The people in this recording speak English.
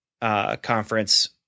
conference